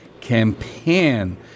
campaign